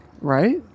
right